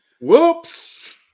Whoops